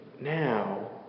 now